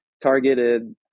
targeted